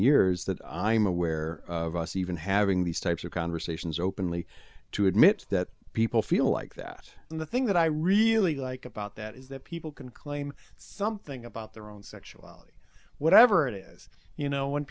years that i'm aware of us even having these types of conversations openly to admit that people feel like that and the thing that i really like about that is that people can claim something about their own sexuality whatever it is you know when